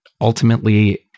ultimately